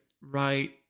right